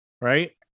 Right